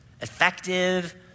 Effective